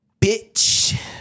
Bitch